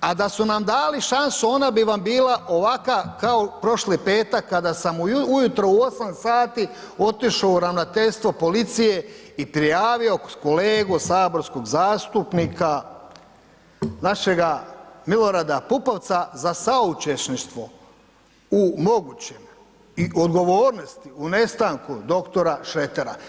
A da su nam dali šansu ona bi vam bila ovakva kao prošli petak kada sam ujutro u 8 sati otišao u ravnateljstvo policije i prijavio kolegu saborskog zastupnika našega Milorada Pupovca za suučesništvo u mogućem i odgovornosti u nestanku dr. Šretera.